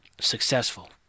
successful